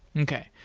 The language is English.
okay.